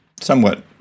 somewhat